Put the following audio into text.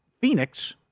Phoenix